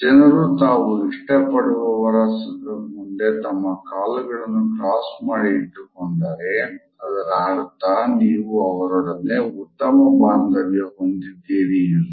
ಜನರು ತಾವು ಇಷ್ಟ ಪಡುವವವರ ಮುಂದೆ ತಮ್ಮ ಕಾಲುಗಳನ್ನು ಕ್ರಾಸ್ ಮಾಡಿ ಇಟ್ಟುಕೊಂಡರೆ ಅದರ ಅರ್ಥ ನೀವು ಅವರೊಡನೆ ಉತ್ತಮ ಬಾಂದವ್ಯ ಹೊಂದಿದ್ದೀರಿ ಎಂದು